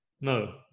no